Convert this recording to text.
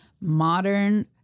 modern